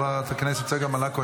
חברת הכנסת צגה מלקו,